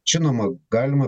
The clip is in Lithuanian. žinoma galima